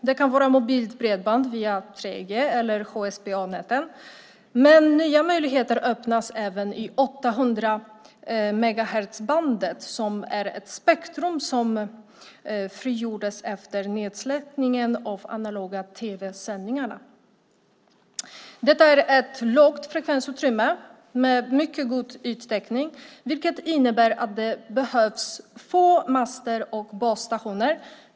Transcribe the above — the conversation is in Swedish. Det kan vara mobilt bredband via 3 G eller HSPA-näten, men nya möjligheter öppnas även i 800-megahertzbandet, som är ett spektrum som frigjordes efter nedsläckningen av de analoga tv-sändningarna. Det är ett lågt frekvensutrymme med mycket god yttäckning, vilket innebär att det behövs få master och basstationer.